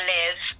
live